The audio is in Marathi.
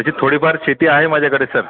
तशी थोडीफार शेती आहे माझ्याकडे सर